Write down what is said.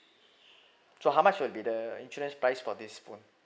so how much would be the insurance price for this phone